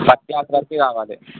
first class వరకు కావాలి